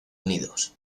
unidos